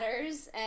matters